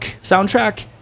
soundtrack